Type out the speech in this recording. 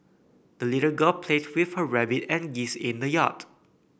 the little girl played with her rabbit and geese in the yard